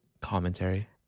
Commentary